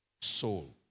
Soul